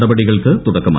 നടപടികൾക്ക് തുടക്ക്മായി